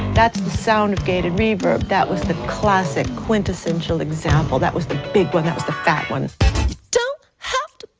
that's the sound of gated reverb. that was the classic, quintessential example. that was the big one, that was the fat one. you don't have to